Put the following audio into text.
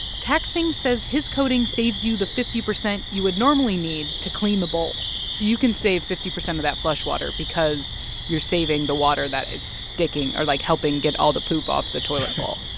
tak-sing says his coating saves you the fifty percent you would normally need to clean the bowl so you can save fifty percent of that flush water because you're saving the water that is sticking or, like, helping get all the poop off the toilet bowl?